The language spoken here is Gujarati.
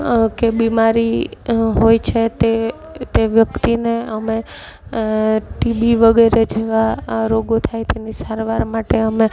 કે બીમારી હોય છે તે તે વ્યક્તિને અમે ટીબી વગેરે જેવા આ રોગો થાય તેની સારવાર માટે અમે